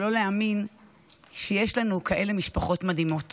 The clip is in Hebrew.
לא להאמין שיש לנו כאלה משפחות מדהימות